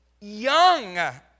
young